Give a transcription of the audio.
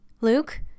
Luke